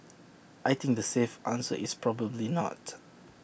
I think the safe answer is probably not